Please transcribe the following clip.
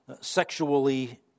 sexually